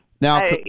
Now